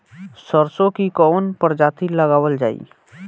सरसो की कवन प्रजाति लगावल जाई?